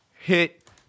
hit